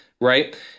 right